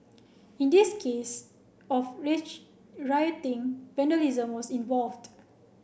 in this case of rich rioting vandalism was involved